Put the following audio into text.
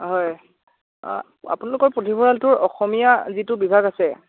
হয় আপোনালোকৰ পুথিভঁৰালটো অসমীয়া যিটো বিভাগ আছে